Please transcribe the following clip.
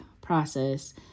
process